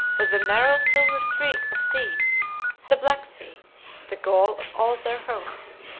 was a narrow silver streak of sea the black sea the goal of all their hopes.